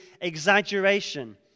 exaggeration